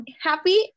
happy